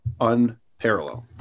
unparalleled